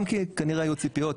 גם כי היו כנראה ציפיות,